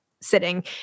sitting